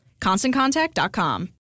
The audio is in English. ConstantContact.com